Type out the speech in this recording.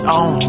on